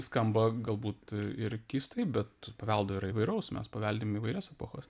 skamba galbūt ir keistai bet paveldo yra įvairaus mes paveldim įvairias epochas